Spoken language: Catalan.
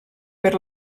per